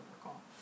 recall